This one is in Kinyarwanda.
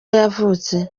yavutse